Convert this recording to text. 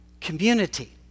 Community